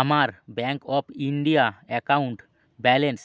আমার Bank of India account balance